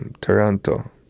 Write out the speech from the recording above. Toronto